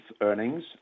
earnings